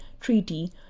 Treaty